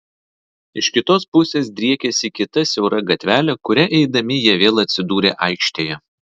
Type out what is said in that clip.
iš kitos pusės driekėsi kita siaura gatvelė kuria eidami jie vėl atsidūrė aikštėje